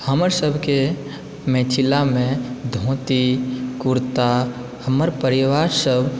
हमर सबके मिथिलामे धोती कुर्ता हमर परिवारसभ